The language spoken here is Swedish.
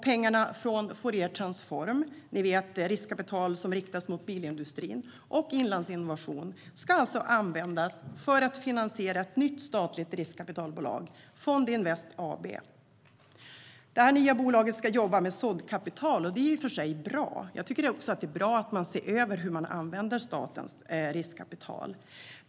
Pengarna från Fouriertransform, ni vet, där riskkapital riktas mot bilindustrin, och Inlandsinnovation ska alltså användas för att finansiera ett nytt statligt riskkapitalbolag - Fondinvest AB. Det nya bolaget ska jobba med såddkapital, vilket i och för sig är bra. Jag tycker även att det är bra att man ser över hur man använder statens riskkapital.